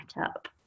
up